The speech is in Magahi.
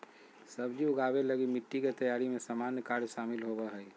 सब्जी उगाबे लगी मिटटी के तैयारी में सामान्य कार्य शामिल होबो हइ